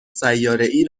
سیارهای